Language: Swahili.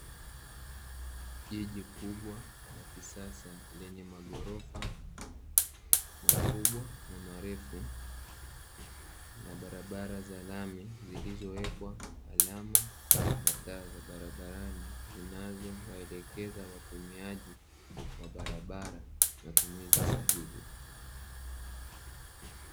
Jiji kubwa la kisasa lenye maghorofa makubwa na marefu na barabara za lami zilizowekwa alama na taa za barabarani, zinazowaelekeza watumiaji wa barabara matumizi sahihi.